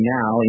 now